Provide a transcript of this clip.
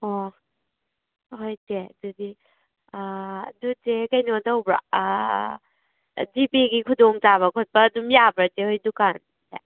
ꯑꯣ ꯍꯣꯏ ꯆꯦ ꯑꯗꯨꯗꯤ ꯑꯗꯨ ꯆꯦ ꯀꯦꯅꯣ ꯇꯧꯕ꯭ꯔꯣ ꯖꯤ ꯄꯦꯒꯤ ꯈꯨꯗꯣꯡ ꯆꯥꯕ ꯈꯣꯠꯄ ꯑꯗꯨꯝ ꯌꯥꯕ꯭ꯔꯥ ꯆꯦ ꯍꯣꯏ ꯗꯨꯀꯥꯟꯁꯦ